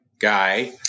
guy